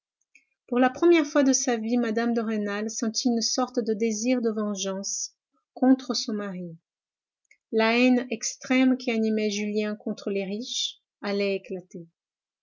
pour la première fois de sa vie mme de rênal sentit une sorte de désir de vengeance contre son mari la haine extrême qui animait julien contre les riches allait éclater